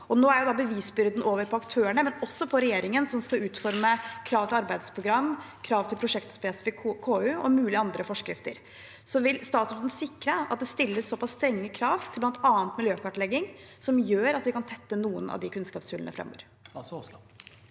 Nå er bevisbyrden over på aktørene, men også på regjeringen som skal utforme krav til arbeidsprogram og krav til prosjektspesifikk konsekvensutredning og mulige andre forskrifter. Vil statsråden sikre at det stilles såpass strenge krav til bl.a. miljøkartlegging, som gjør at vi kan tette noen av de kunnskapshullene framover?